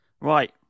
Right